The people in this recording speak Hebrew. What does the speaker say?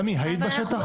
תמי, היית בשטח?